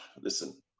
Listen